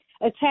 attack